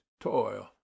toil